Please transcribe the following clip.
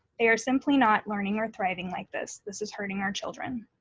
they are simply not learning or thriving like this. this is hurting our children.